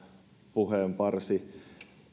puheenparsi